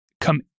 come